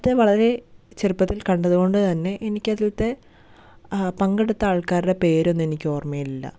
അത്ര വളരേ ചെറുപ്പത്തിൽ കണ്ടതുകൊണ്ടു തന്നെ എനിക്കതിൽത്തെ പങ്കെടുത്ത ആൾക്കാരുടെ പേരൊന്നും എനിക്ക് ഓർമ്മയില്ല